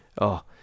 Oh